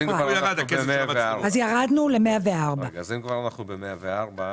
אז אם כבר אנחנו ב-104,